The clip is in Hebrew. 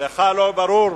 לא ברור.